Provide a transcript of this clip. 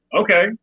okay